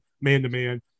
man-to-man